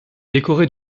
décorée